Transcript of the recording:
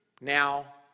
now